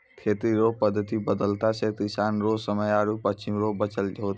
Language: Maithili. खेती रो पद्धति बदलला से किसान रो समय आरु परिश्रम रो बचत होलै